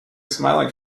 smiling